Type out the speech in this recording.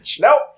Nope